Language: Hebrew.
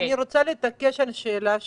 אני רוצה להתעקש על השאלה שלי,